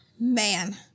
man